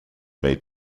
made